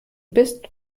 bist